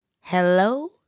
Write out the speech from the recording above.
Hello